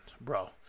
bro